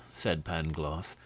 said pangloss,